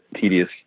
tedious